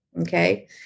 Okay